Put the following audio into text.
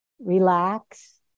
Relax